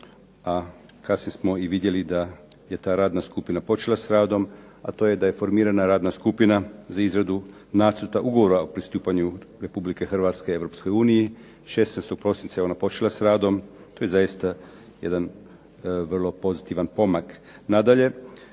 a kasnije smo i vidjeli da je ta radna skupina počela s radom, a to je da je formirana radna skupina za izradu Nacrta ugovora o pristupanju Republike Hrvatske Europskoj uniji. 16. prosinca je ona počela s radom. To je zaista jedan vrlo pozitivan pomak. Nadalje,